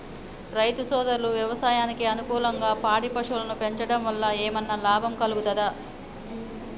రైతు సోదరులు వ్యవసాయానికి అనుకూలంగా పాడి పశువులను పెంచడం వల్ల ఏమన్నా లాభం కలుగుతదా?